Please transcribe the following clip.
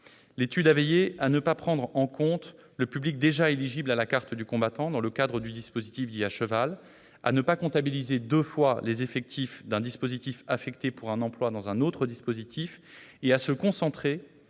étude, à ne pas prendre en compte le public déjà éligible à la carte du combattant dans le cadre du dispositif dit « à cheval »; à ne pas comptabiliser deux fois les effectifs d'un dispositif affecté pour un emploi dans un autre dispositif ; et à se concentrer